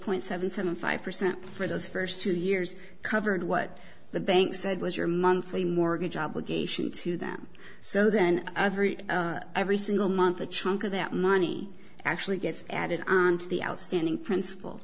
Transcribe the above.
point seven seven five percent for those first two years covered what the bank said was your monthly mortgage obligation to them so then every single month a chunk of that money actually gets added on to the outstanding principal